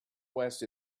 west